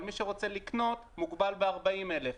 אבל מי שרוצה לקנות מוגבל ל-40,000.